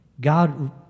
God